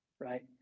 right